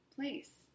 place